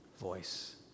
voice